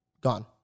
Gone